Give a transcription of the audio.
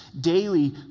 Daily